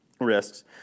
risks